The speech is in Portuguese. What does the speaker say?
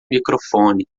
microfone